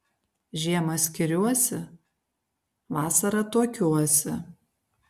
žiemą skiriuosi vasarą tuokiuosi